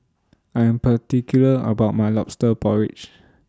I Am particular about My Lobster Porridge